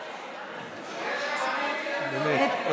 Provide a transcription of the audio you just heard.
באמת.